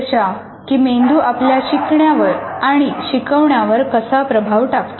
जशा की मेंदू आपल्या शिकण्यावर आणि शिकवण्यावर कसा प्रभाव टाकतो